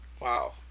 Wow